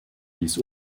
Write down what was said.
dies